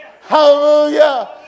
Hallelujah